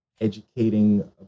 educating